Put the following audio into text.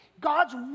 God's